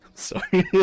Sorry